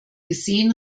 gesehen